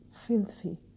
filthy